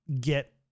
get